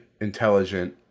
intelligent